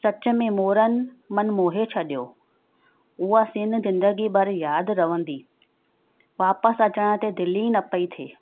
सच में मोरनि मनु मोहे छॾियो उहा सीन ज़िंदगी भर यादि रहंदी वापसि अचण ते दिलि ई न पेई थिए